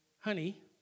honey